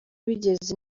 bigeze